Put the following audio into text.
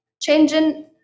Changing